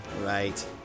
Right